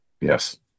Yes